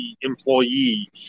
employee